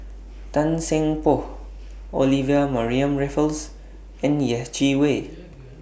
Tan Seng Poh Olivia Mariamne Raffles and Yeh Chi Wei